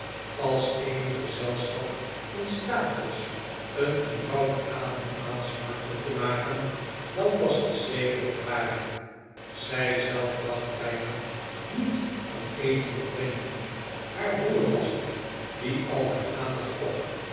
als eenig gezelschap in staat was een eenvoudig avondmaal smakelijk te maken dan was het zeker het hare zij zelf dacht bijna niet om eten of drinken haar broer was het die al haar aandacht trok